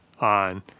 on